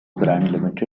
brand